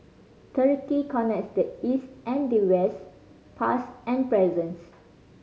Turkey connects the East and the West past and presents